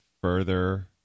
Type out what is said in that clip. further